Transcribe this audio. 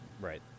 Right